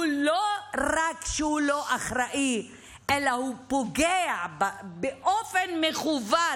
לא רק שהוא לא אחראי, אלא הוא פוגע באופן מכוון